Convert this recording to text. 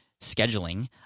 scheduling